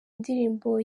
ndirimbo